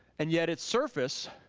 and yet its surface